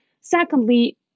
secondly